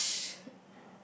harsh